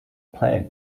player